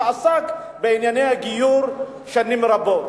שעסק בענייני הגיור שנים רבות,